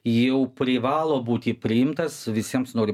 jau privalo būti priimtas visiems noriu